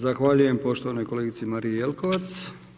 Zahvaljujem poštovanoj kolegici Mariji Jelkovac.